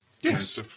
Yes